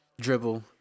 dribble